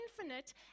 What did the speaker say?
infinite